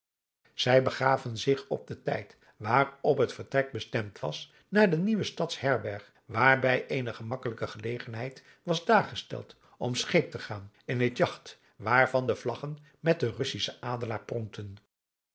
zij begaven zich op den tijd waarop het vertrek bestemd was naar de nieuwe stads herberg waar bij eene gemakkelijke gelegenheid was daargesteld om scheep te gaan in adriaan loosjes pzn het leven van johannes wouter blommesteyn het jagt waarvan de vlaggen met den russischen adelaar